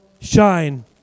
shine